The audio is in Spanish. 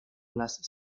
las